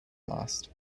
last